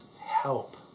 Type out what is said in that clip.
help